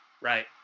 Right